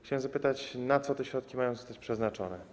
Chciałem zapytać, na co te środki mają zostać przeznaczone.